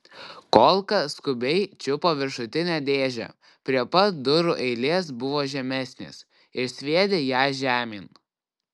kolka skubiai čiupo viršutinę dėžę prie pat durų eilės buvo žemesnės ir sviedė ją žemėn